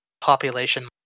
population